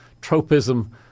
tropism